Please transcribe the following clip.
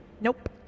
nope